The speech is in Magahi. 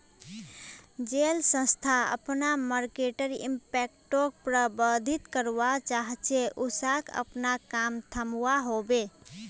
जेल संस्था अपना मर्केटर इम्पैक्टोक प्रबधित करवा चाह्चे उसाक अपना काम थम्वा होबे